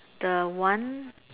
the one